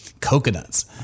coconuts